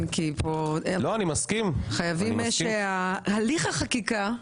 חייבים שהליך החקיקה,